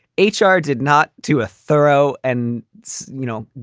h r. did not do a thorough and you know,